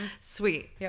Sweet